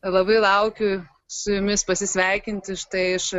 labai laukiu su jumis pasisveikinti štai iš